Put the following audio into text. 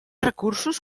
recursos